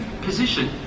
position